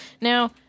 Now